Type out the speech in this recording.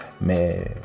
Mais